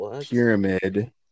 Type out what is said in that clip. pyramid